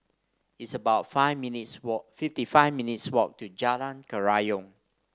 it's about five minutes' walk fifty five minutes' walk to Jalan Kerayong